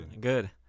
Good